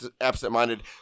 absent-minded